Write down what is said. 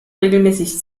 regelmäßig